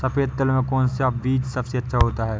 सफेद तिल में कौन सा बीज सबसे अच्छा होता है?